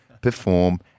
perform